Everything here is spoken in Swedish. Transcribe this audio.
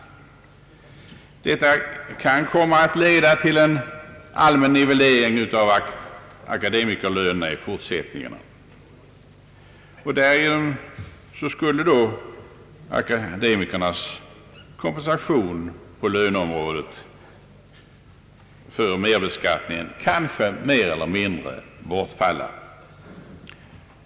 Detta kan komma att leda till en allmän nivellering av akademikerlönerna i fortsättningen, och därigenom skulle akademikernas kompensation på löneområdet för merbeskattningen kanske mer eller mindre bortfalla.